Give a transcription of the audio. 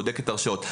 בודקת הרשאות.